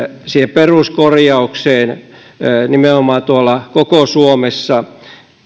peruskorjaukseen nimenomaan tuolla koko suomessa